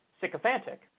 sycophantic